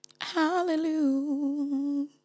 Hallelujah